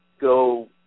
go